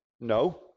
no